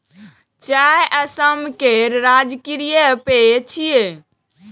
चाय असम केर राजकीय पेय छियै